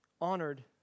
honored